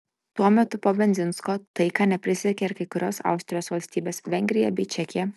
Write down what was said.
tuo metu po bendzinsko taika neprisiekė ir kai kurios austrijos valstybės vengrija bei čekija